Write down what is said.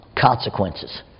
consequences